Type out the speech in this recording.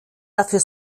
dafür